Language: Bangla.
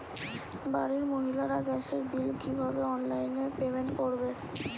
বাড়ির মহিলারা গ্যাসের বিল কি ভাবে অনলাইন পেমেন্ট করবে?